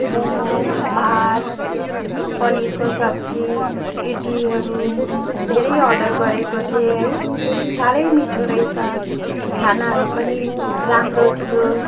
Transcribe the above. मोमो भात पनिरको सब्जी इ़डलीहरू धेरै अर्डर गरेको थिएँ है साह्रै मिठो रहेछ खानाहरू पनि राम्रो थियो